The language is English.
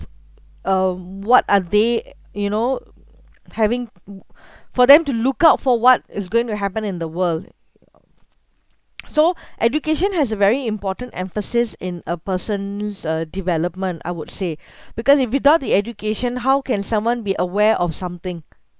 um what are they you know having for them to look out for what is going to happen in the world so education has a very important emphasis in a person's uh development I would say because if without the education how can someone be aware of something